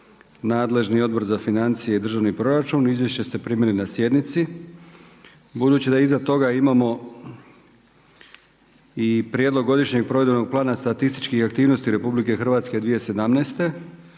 nadležni Odbor za financije i državni proračun. Izvješće ste primili na sjednici. Budući da iza toga imamo i prijedlog godišnjeg provedbenog statističkih aktivnosti u RH 2017.,